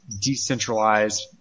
decentralized